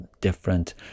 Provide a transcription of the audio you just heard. different